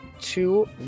two